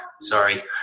sorry